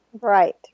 Right